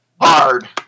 hard